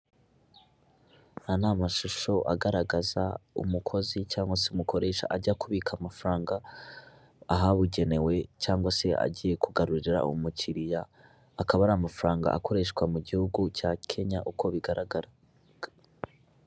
Aya ni amashusho agaragaza umukozi cyangwa se umukoresha ajya kubika amafaranga ahabugenewe cyangwa se agiye kugarurira umukiriya akaba ari amafaranga akoreshwa mu gihugu cya kenya uko bigaragara .